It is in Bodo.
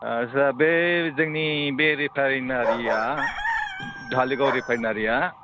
आथसा बे जोंनि बे रिफायनारिआ धालिगाव रिफायनारिआ